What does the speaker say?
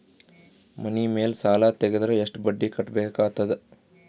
ಮನಿ ಮೇಲ್ ಸಾಲ ತೆಗೆದರ ಎಷ್ಟ ಬಡ್ಡಿ ಕಟ್ಟಬೇಕಾಗತದ?